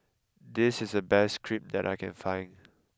this is the best Crepe that I can find